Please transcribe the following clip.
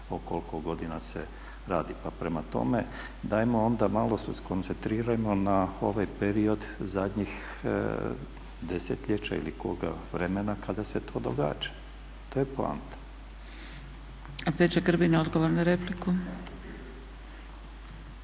o koliko godina se radi. Pa prema tome, dajmo onda malo se skoncentrirajmo na ovaj period zadnjih desetljeća ili koga vremena kada se to događa, to je poanta. **Zgrebec, Dragica